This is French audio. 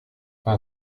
fin